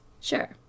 Sure